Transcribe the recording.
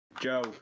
Joe